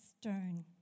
stone